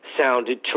sounded